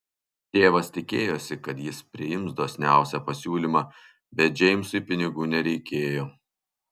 tėvas tikėjosi kad jis priims dosniausią pasiūlymą bet džeimsui pinigų nereikėjo